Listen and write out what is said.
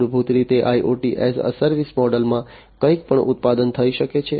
મૂળભૂત રીતે IoT as a service મોડેલમાં કંઈપણ ઉત્પાદન હોઈ શકે છે